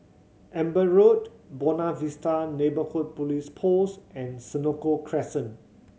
Amber Road Buona Vista Neighbourhood Police Post and Senoko Crescent